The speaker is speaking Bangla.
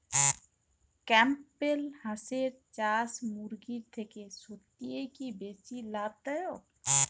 ক্যাম্পবেল হাঁসের চাষ মুরগির থেকে সত্যিই কি বেশি লাভ দায়ক?